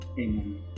Amen